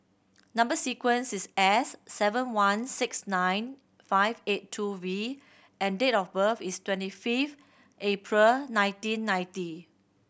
number sequence is S seven one six nine five eight two V and date of birth is twenty fifth April nineteen ninety